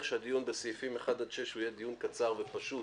שהדיונים בסעיפים 1-6 יהיה דיון קצר ופשוט,